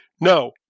no